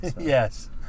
Yes